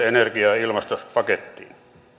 energia ja ilmastopakettiin kaksituhattakolmekymmentä